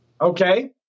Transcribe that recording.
okay